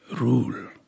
rule